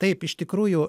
taip iš tikrųjų